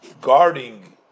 guarding